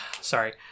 sorry